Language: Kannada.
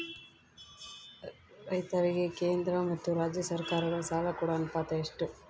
ರೈತರಿಗೆ ಕೇಂದ್ರ ಮತ್ತು ರಾಜ್ಯ ಸರಕಾರಗಳ ಸಾಲ ಕೊಡೋ ಅನುಪಾತ ಎಷ್ಟು?